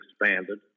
expanded